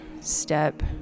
step